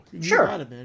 Sure